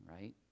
right